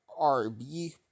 RB